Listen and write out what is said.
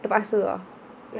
terpaksa ah